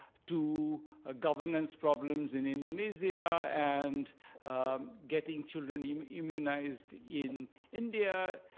to ah governance problems in indonesia, and getting children um immunized in india,